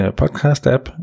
podcast-app